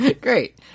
Great